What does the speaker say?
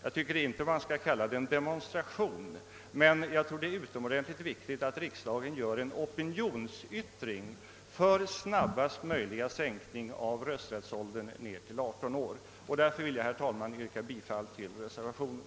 Jag anser inte att man skall kalla det en demonstration, men jag tror att det är utomordentligt viktigt att riksdagen gör en opinionsyttring för snabbaste möjliga sänkning av rösträttsåldern till 18 år. Därför vill jag, herr talman, yrka bifall till reservationen.